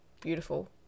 beautiful